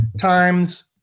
times